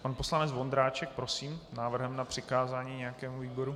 Pan poslanec Vondráček, prosím, s návrhem na přikázání nějakému výboru?